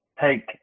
take